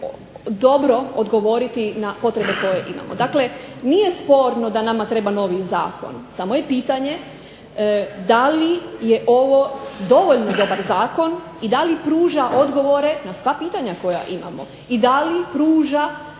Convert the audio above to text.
dobro odgovoriti na potrebe koje imamo. Dakle, nije sporno da nama treba novi zakon. Samo je pitanje da li je ovo dovoljno dobar zakon i da li pruža odgovore na sva pitanja koja imamo i da li pruža